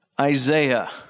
Isaiah